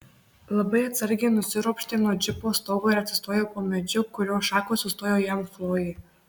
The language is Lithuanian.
labai atsargiai nusiropštė nuo džipo stogo ir atsistojo po medžiu kurio šakos užstojo jam chlojė